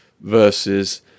versus